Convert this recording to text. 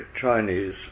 Chinese